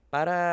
Para